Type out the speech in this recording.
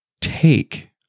take